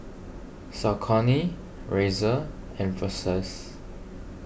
Saucony Razer and Versace